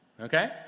Okay